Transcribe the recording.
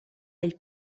del